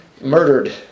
murdered